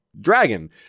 Dragon